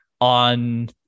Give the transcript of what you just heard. on